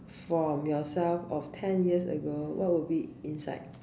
from yourself or ten years ago what would be inside